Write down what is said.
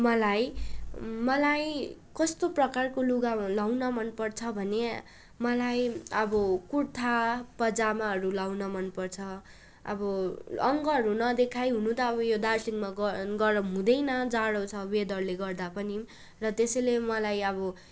मलाई मलाई कस्तो प्रकारको लुगा लाउन मन पर्छ भने मलाई अब कुर्ता पाइजामाहरू लाउन मनपर्छ अब अङ्गहरू नदेखाई हुनु त अब यो दार्जिलिङमा गरम गरम हुँदैन जाडो छ वेदरले गर्दा पनि र त्यसैले मलाई अब